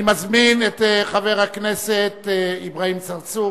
אני מזמין את חבר הכנסת אברהים צרצור,